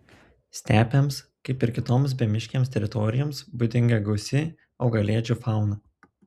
stepėms kaip ir kitoms bemiškėms teritorijoms būdinga gausi augalėdžių fauna